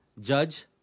judge